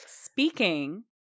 Speaking